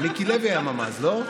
מיקי לוי היה ממ"ז, לא?